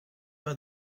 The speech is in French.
pas